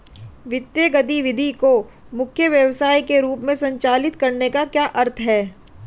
वित्तीय गतिविधि को मुख्य व्यवसाय के रूप में संचालित करने का क्या अर्थ है?